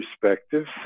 perspectives